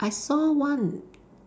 I saw one